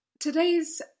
Today's